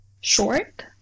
short